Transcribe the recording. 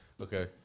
Okay